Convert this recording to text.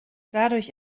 dadurch